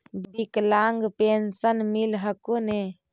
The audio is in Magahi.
विकलांग पेन्शन मिल हको ने?